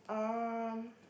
um